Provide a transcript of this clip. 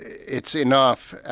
it's enough,